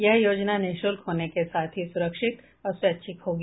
यह योजना निःशुल्क होने के साथ ही सुरक्षित और स्वैच्छिक होगी